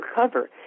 cover